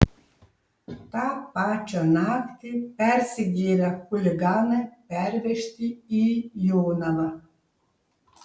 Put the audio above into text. tą pačią naktį persigėrę chuliganai pervežti į jonavą